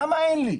למה אין לי?